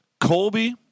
Colby